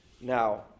Now